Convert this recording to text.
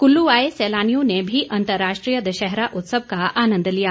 कुल्लू आए सैलानियों ने भी अंतर्राष्ट्रीय दशहरा उत्सव का आनंद लिया